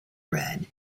red